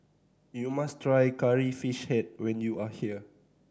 you must try Curry Fish Head when you are here